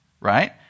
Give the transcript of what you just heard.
Right